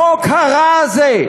החוק הרע הזה,